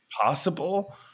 possible